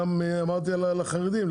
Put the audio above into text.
גם אמרתי על החרדים,